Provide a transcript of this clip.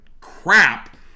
crap